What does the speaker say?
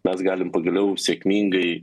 mes galim pagaliau sėkmingai